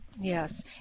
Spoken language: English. Yes